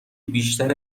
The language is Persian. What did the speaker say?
بیشتر